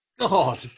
God